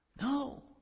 No